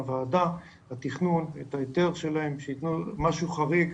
מהוועדות התכנון את ההיתר שלהם שייתנו משהו חריג,